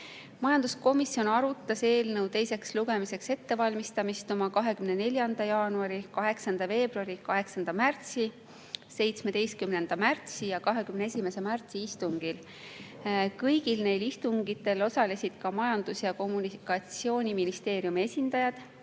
tabel. Majanduskomisjon arutas eelnõu teiseks lugemiseks ettevalmistamist oma 24. jaanuari, 8. veebruari, 8. märtsi, 17. märtsi ja 21. märtsi istungil. Kõigil neil istungitel osalesid ka Majandus- ja Kommunikatsiooniministeeriumi esindajad.